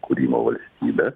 kūrimo valstybe